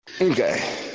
Okay